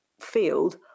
field